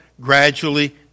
gradually